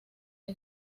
que